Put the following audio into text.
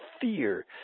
fear